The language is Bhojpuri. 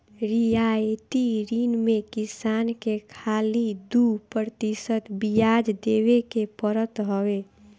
रियायती ऋण में किसान के खाली दू प्रतिशत बियाज देवे के पड़त हवे